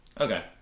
Okay